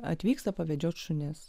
atvyksta pavedžioti šunis